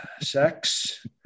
sex